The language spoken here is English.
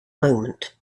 moment